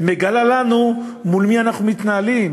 מגלה לנו מול מי אנחנו מתנהלים.